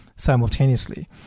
Simultaneously